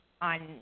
on